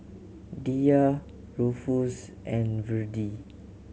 Diya Rufus and Virdie